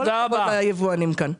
כל הכבוד ליבואנים כאן.